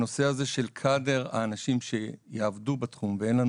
הנושא הזה של קאדר, האנשים שיעבדו בתחום,